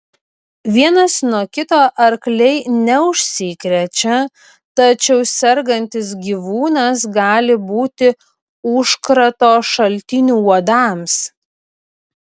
vienas nuo kito arkliai neužsikrečia tačiau sergantis gyvūnas gali būti užkrato šaltiniu uodams